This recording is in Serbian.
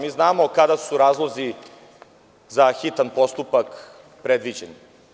Mi znamo kada su razlozi za hitan postupak predviđeni.